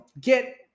Get